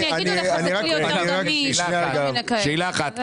שאלה אחת,